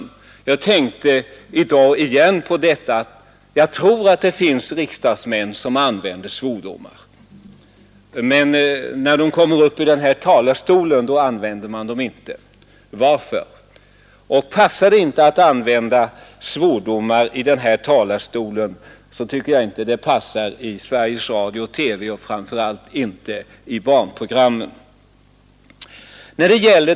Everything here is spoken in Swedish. När jag i dag återigen hade anledning att tänka på detta gjorde jag reflexionen: Jag tror att det finns riksdagsmän som använder svordomar, men när de kommer upp i denna talarstol gör de inte det. Varför? Passar det inte att använda svordomar i denna talarstol, tycker jag inte heller att det passar i Sveriges Radio—TV och framför allt inte i barnprogrammen.